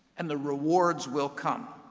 and the rewards will come.